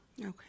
Okay